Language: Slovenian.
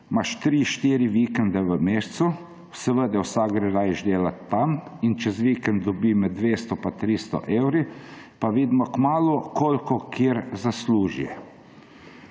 štiri vikende v mesecu. Seveda vsak gre rajši delati tja in čez vikend dobi med 200 in 300 evri, pa vidimo kmalu, koliko kdo zasluži.